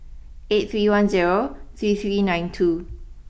eight three one zero three three nine two